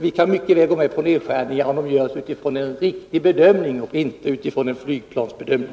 Vi kan mycket väl gå med på nedskärningar, om de görs utifrån en riktig bedömning och inte utifrån en flygplansbedömning.